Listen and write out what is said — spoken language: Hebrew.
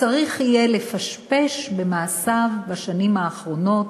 צריך יהיה לפשפש במעשיו בשנים האחרונות,